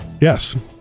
Yes